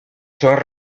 sont